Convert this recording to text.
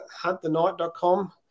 huntthenight.com